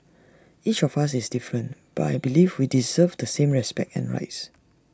each of us is different but I believe we deserve the same respect and rights